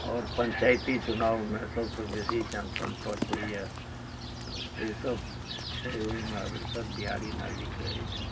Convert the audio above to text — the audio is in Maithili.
आओर पञ्चायती चुनावमे सभसँ बेसी जनसम्पर्क होइए से सभ छै ओहिमे अग्रसर बिहारी नागरिक रहैत छथि